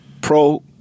pro